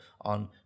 on